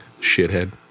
Shithead